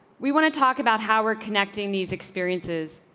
we want to talk about how we're connecting these experiences.